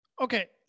Okay